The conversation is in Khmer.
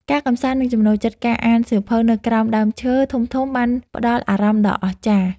ការកម្សាន្ត និងចំណូលចិត្តការអានសៀវភៅនៅក្រោមដើមឈើធំៗបានផ្ដល់អារម្មណ៍ដ៏អស្ចារ្យ។